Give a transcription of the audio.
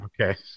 Okay